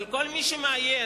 אבל כל מי שמעיין